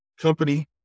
company